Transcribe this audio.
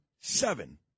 seven